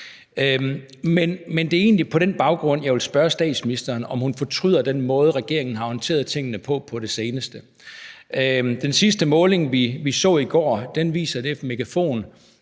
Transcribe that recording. Men det er egentlig på den baggrund, jeg vil spørge statsministeren, om hun fortryder den måde, regeringen har håndteret tingene på på det seneste. Den sidste måling, vi så i går, fra Megafon,